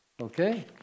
okay